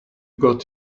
got